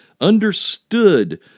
understood